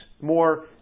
more